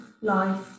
life